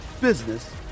business